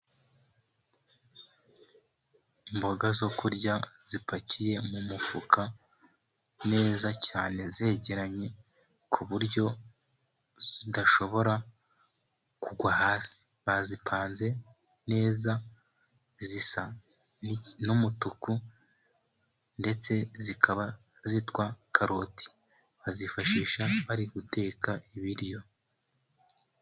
Imboga zo kurya zipakiye mu mufuka neza cyane, zegeranye ku buryo zidashobora kugwa hasi, bazipanze neza, zisa n'umutuku, ndetse zikaba zitwa karoti, bazifashisha bari guteka ibiryo.